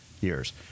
Years